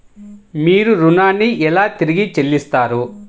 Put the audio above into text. మీరు ఋణాన్ని ఎలా తిరిగి చెల్లిస్తారు?